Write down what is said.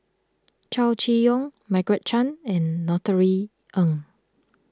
Chow Chee Yong Margaret Chan and Norothy Ng